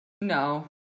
No